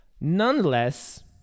Nonetheless